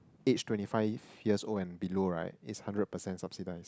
aged twenty five years and below right it's hundred percent subsidize